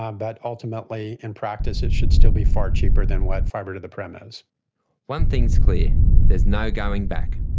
um but ultimately in practice it should still be far cheaper than what fibre-to-the-prem is. one thing is clear there's no going back.